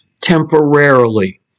temporarily